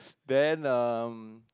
then um